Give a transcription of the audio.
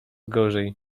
gorzej